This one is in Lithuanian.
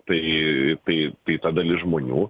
tai tai tai ta dalis žmonių